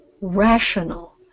rational